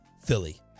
Philly